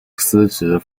司职